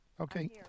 Okay